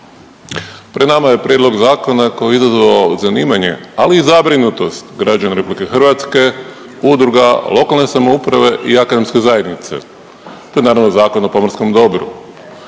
Pred nama je prijedlog zakona koji je izazvao zanimanje, ali i zabrinutost građana Republike Hrvatske, udruga, lokalne samouprave i akademske zajednice. To je naravno Zakon o pomorskom dobru.